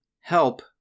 help